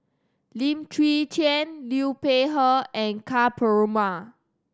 Lim Chwee Chian Liu Peihe and Ka Perumal